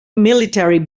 military